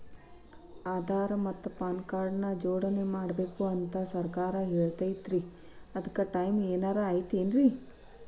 ಆಧಾರ ಮತ್ತ PAN card ನ ಜೋಡಣೆ ಮಾಡ್ಬೇಕು ಅಂತಾ ಸರ್ಕಾರ ಹೇಳೈತ್ರಿ ಅದ್ಕ ಟೈಮ್ ಏನಾರ ಐತೇನ್ರೇ?